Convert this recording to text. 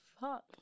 fuck